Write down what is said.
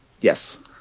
Yes